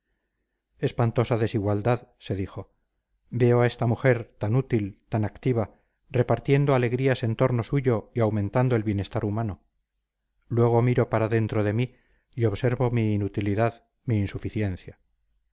espantosa desigualdad se dijo veo a esta mujer tan útil tan activa repartiendo alegrías en torno suyo y aumentando el bienestar humano luego miro para dentro de mí y observo mi inutilidad mi insuficiencia